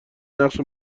نقش